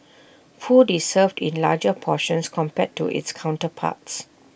food is served in larger portions compared to its counterparts